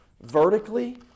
vertically